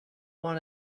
want